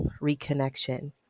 reconnection